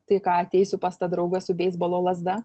tai ką ateisiu pas tą draugą su beisbolo lazda